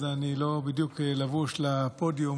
אז אני לא בדיוק לבוש לפודיום,